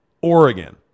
Oregon